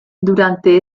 durante